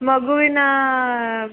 ಮಗುವಿನ